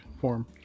form